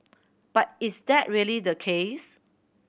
but is that really the case